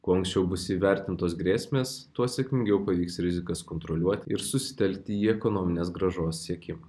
kuo anksčiau bus įvertintos grėsmės tuo sėkmingiau pavyks rizikas kontroliuoti ir susitelkti į ekonominės grąžos siekimą